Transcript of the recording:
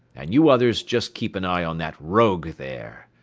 and you others just keep an eye on that rogue there.